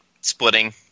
splitting